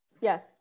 Yes